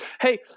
hey